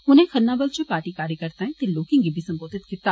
उनें खन्नाबल च पार्टी कार्यकर्ताएं ते लोकें गी संबोधत कीता